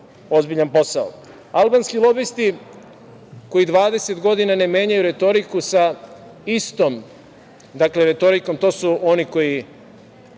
ozbiljan posao. Albanski lobisti koji 20 godina ne menjaju retoriku, sa istom retorikom, to su oni koji